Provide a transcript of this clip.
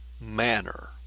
manner